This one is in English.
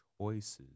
choices